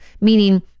Meaning